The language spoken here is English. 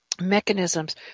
mechanisms